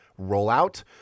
rollout